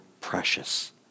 precious